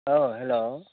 औ हेल्ल'